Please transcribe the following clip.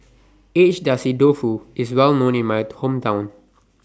Agedashi Dofu IS Well known in My Hometown